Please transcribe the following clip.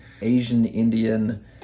Asian-Indian